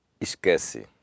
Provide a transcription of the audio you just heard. esquece